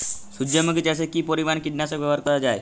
সূর্যমুখি চাষে কি পরিমান কীটনাশক ব্যবহার করা যায়?